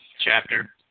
Chapter